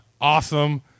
awesome